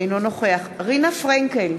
אינו נוכח רינה פרנקל,